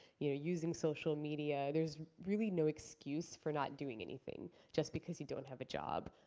you know using social media. there's really no excuse for not doing anything just because you don't have a job.